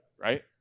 right